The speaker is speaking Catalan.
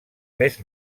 més